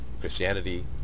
Christianity